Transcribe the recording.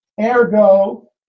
ergo